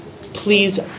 please